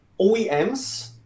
OEMs